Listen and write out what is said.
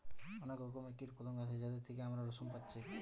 অনেক রকমের কীটপতঙ্গ আছে যাদের থিকে আমরা রেশম পাচ্ছি